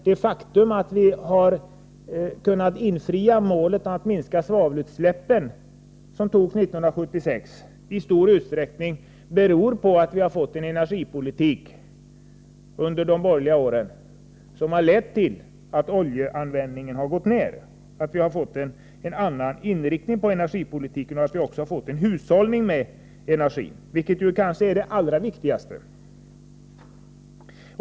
Det faktum att vi har kunnat infria det mål att minska svavelutsläppen som vi fattade beslut om år 1976 beror i stor utsträckning på att vi under de borgerliga åren fick en energipolitik som har lett till att oljeanvändningen gått ned, att vi fått en annan inriktning på energipolitiken och att vi också fått en hushållning med energi, vilket kanske är det allra viktigaste.